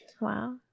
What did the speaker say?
Wow